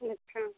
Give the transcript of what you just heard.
अच्छा